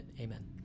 Amen